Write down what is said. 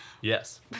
Yes